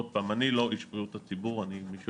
עוד פעם, אני לא איש בריאות הציבור, אני אונקולוג,